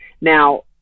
Now